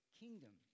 kingdom